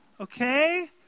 okay